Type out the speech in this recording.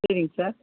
சரிங் சார்